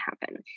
happen